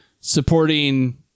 supporting